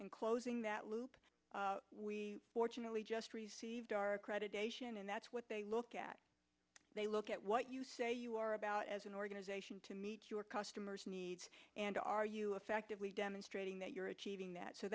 and closing that loop we fortunately just received our accreditation and that's what they look at they look at what you say you are about as an organization to meet your customer's needs and are you effectively demonstrating that you're achieving that so